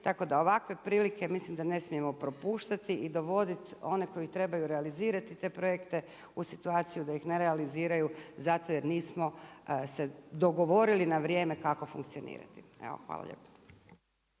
Tako da ovakve prilike mislim da ne smijemo propuštati i dovoditi one koji trebaju realizirati te projekte u situaciju da ih ne realiziraju zato jer nismo se dogovorili na vrijeme kako funkcionirati. Evo,